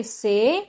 say